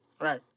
Right